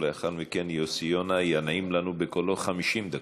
ולאחר מכן יוסי יונה ינעים לנו בקולו 50 דקות.